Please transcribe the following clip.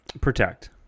Protect